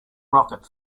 rocket